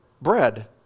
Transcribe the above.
bread